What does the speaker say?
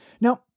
Now